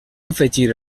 afegir